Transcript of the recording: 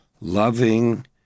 loving